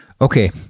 Okay